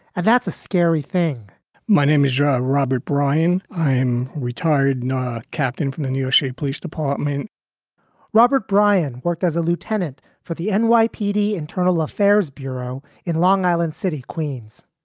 and that's a scary thing my name is robert bryan. i'm retired captain from the neosho police department robert bryan worked as a lieutenant for the and nypd internal affairs bureau in long island city, queens.